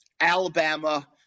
Alabama